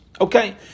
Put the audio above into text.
Okay